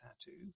tattoo